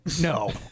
No